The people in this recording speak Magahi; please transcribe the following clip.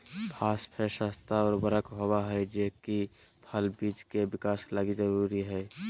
फास्फेट सस्ता उर्वरक होबा हइ जे कि फल बिज के विकास लगी जरूरी हइ